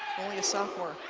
only a sophomore.